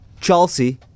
Chelsea